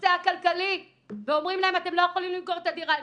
והנושא הכלכלי ואומרים להם אתם לא יכולים למכור את הדירה,